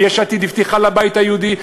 ויש עתיד הבטיחה לבית היהודי,